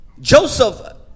Joseph